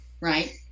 right